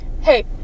hey